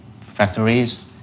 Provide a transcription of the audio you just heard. factories